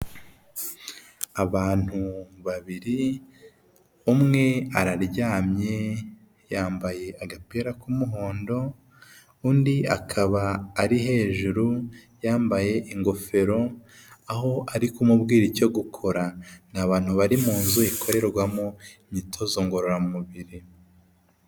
Abantu babiri umwe araryamye yambaye agapira k'umuhondo, undi akaba ari hejuru yambaye ingofero aho ari kumubwira icyo gukora, ni abantu bari mu nzu ikorerwamo imyitozo ngororamubiri.